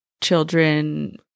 children